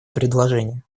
предложение